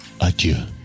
adieu